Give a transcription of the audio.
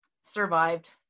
survived